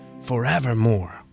forevermore